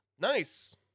Nice